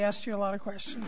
asked you a lot of questions